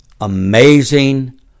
amazing